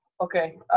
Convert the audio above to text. okay